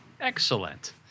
Excellent